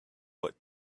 what